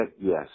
yes